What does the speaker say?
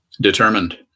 determined